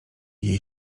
jej